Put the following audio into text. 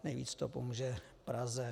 Nejvíc to pomůže Praze.